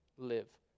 live